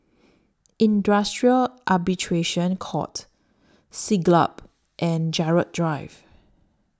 Industrial Arbitration Court Siglap and Gerald Drive